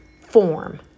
form